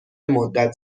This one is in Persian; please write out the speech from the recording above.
مدت